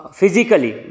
physically